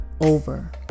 over